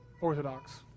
orthodox